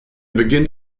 beginnt